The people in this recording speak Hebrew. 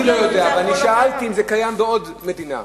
אני שאלתי אם זה קיים בעוד מדינה,